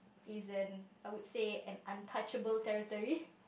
is an I would say an untouchable territory